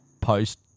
post